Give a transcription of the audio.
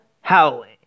Howling